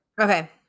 Okay